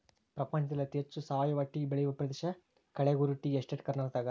ಪ್ರಪಂಚದಲ್ಲಿ ಅತಿ ಹೆಚ್ಚು ಸಾವಯವ ಟೀ ಬೆಳೆಯುವ ಪ್ರದೇಶ ಕಳೆಗುರು ಟೀ ಎಸ್ಟೇಟ್ ಕರ್ನಾಟಕದಾಗದ